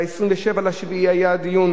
ב-27 ביולי היה דיון